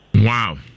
Wow